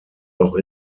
auch